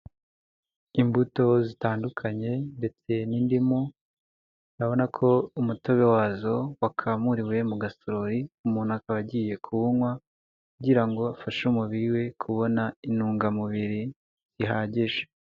Imbuto zitandukanye ndetse n'indimu, urabona ko umutobe wazo wakamuriwe mu gasorori, umuntu akaba agiye kuwunywa kugira ngo afashe umubiri we kubona intungamubiri zihagije.